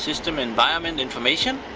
system environment information.